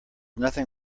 nothing